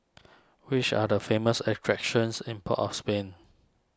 which are the famous attractions in Port of Spain